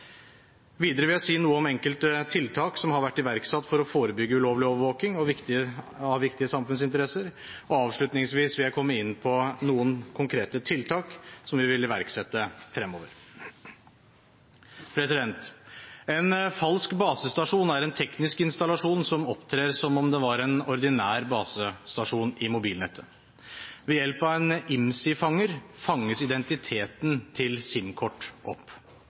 Videre vil jeg si noe om enkelte tiltak som har vært iverksatt for å forebygge ulovlig overvåking av viktige samfunnsinteresser, og avslutningsvis vil jeg komme inn på noen konkrete tiltak som vi vil iverksette fremover. En falsk basestasjon er en teknisk installasjon som opptrer som om den var en ordinær basestasjon i mobilnettet. Ved hjelp av en IMSI-fanger fanges identiteten til sim-kort opp.